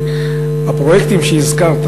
הפרויקטים שהזכרת,